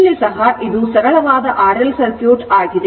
ಇಲ್ಲಿ ಸಹ ಇದು ಸರಳವಾದ RL ಸರ್ಕ್ಯೂಟ್ ಆಗಿದೆ